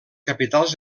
capitals